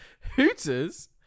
Hooters